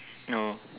oh